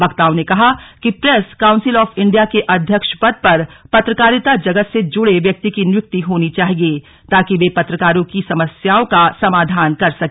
वक्ताओं ने कहा कि प्रेस काउसिंल ऑफ इण्डिया के अध्यक्ष पद पर पत्रकारिता जगत से जुड़े व्यक्ति की नियुक्ति होनी चाहिए ताकि वे पत्रकारों की समस्याओं का समाधान कर सके